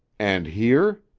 and here?